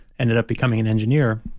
ended up becoming an engineer